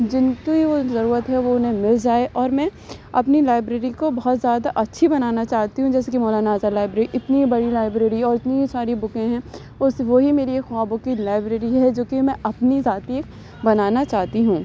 جن کی وہ ضرورت ہے وہ اُنہیں لے جائے اور میں اپنی لائبریری کو بہت زیادہ اچھی بنانا چاہتی ہوں جیسے کہ مولانا آزاد لائبریری انتی بڑی لائبریری اور اتنی ساری بُکیں ہیں بس وہی میری ایک خوابوں کی لائبریری ہے جو کہ میں اپنی ذاتی بنانا چاہتی ہوں